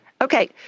okay